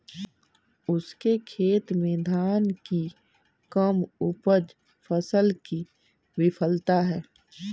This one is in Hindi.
उसके खेत में धान की कम उपज फसल की विफलता है